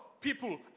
people